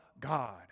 God